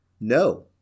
No